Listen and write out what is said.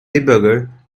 debugger